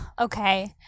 okay